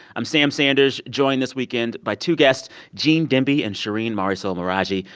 i'm sam sanders, joined this weekend by two guests gene demby and shereen marisol meraji,